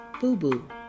Boo-boo